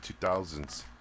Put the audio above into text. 2000s